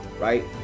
right